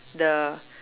the